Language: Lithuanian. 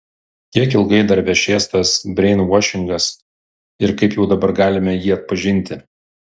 kiek ilgai dar vešės tas breinvašingas ir kaip jau dabar galime jį atpažinti